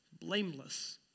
blameless